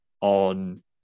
on